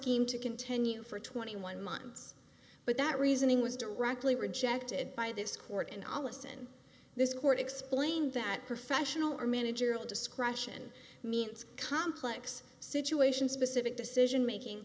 scheme to continue for twenty one months but that reasoning was directly rejected by this court and allison this court explained that professional or managerial discretion means complex situation specific decision making